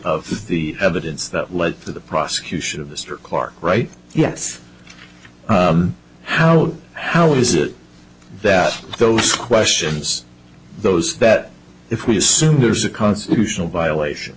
of the evidence that led to the prosecution of this or clarke right yes how how is it that those questions those that if we assume there's a constitutional violation